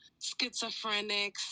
schizophrenics